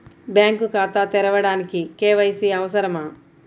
Bank ఖాతా తెరవడానికి KYC అవసరమా?